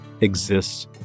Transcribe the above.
exists